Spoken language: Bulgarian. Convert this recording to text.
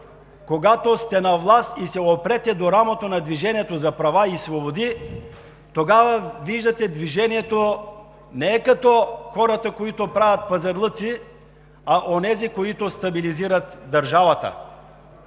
когато сте на власт и се опрете до рамото на „Движението за права и свободи“, тогава виждате, че Движението не е като хората, които правят пазарлъци, а като онези, които стабилизират държавата.